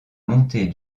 montée